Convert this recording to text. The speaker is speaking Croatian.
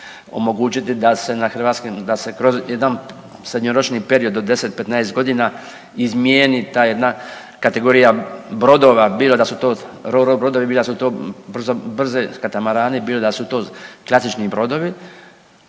omogućiti da se na hrvatskim, da se kroz jedan srednjoročni period od 10, 15 godina izmijeni ta jedna kategorija brodova bilo da su to Ro-Ro brodovi bilo da su to brze, brzi katamarani, bilo da su to klasični brodovi